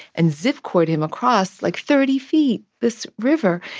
and zip-cord him across, like, thirty feet this river.